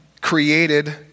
created